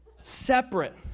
Separate